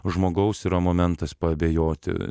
žmogaus yra momentas paabejoti